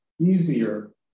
easier